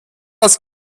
das